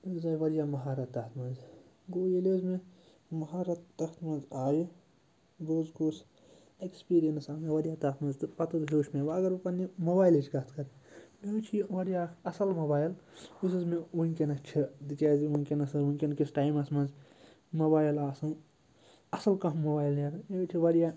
مےٚ حظ آے واریاہ مہارَت تَتھ منٛز گوٚو ییٚلہِ حظ مےٚ مہارَت تَتھ منٛز آیہِ بہٕ حظ گوس اٮ۪کٕسپیٖریَنٕس آو مےٚ واریاہ تَتھ منٛز تہٕ پَتہٕ حظ ہیوٚچھ مےٚ وۄنۍ اَگر بہٕ پنٛنہِ موبایلٕچ کَتھ کَرٕ مےٚ حظ چھُ یہِ اَکھ اَصٕل موبایل یُس حظ مےٚ وٕنۍکٮ۪نَس چھِ تکیازِ وٕنۍکٮ۪نَس حظ وٕنۍکٮ۪ن کِس ٹایمَس منٛز موبایِل آسُن اَصٕل کانٛہہ موبایِل نیران یہِ حظ چھِ واریاہ